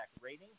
rating